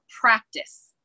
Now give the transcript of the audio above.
practice